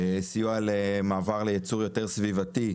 סיוע למעבר לייצור יותר סביבתי,